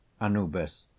Anubis